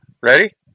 Ready